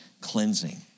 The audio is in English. cleansing